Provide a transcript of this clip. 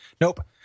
Nope